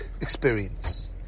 experience